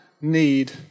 need